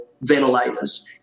ventilators